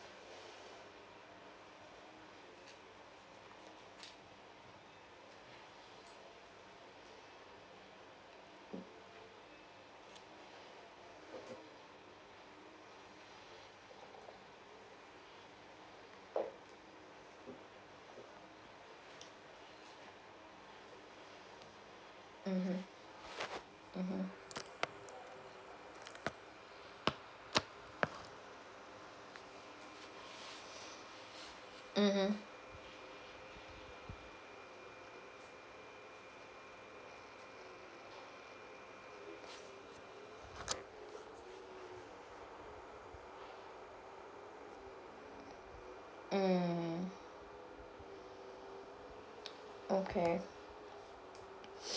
mmhmm mmhmm mmhmm mm okay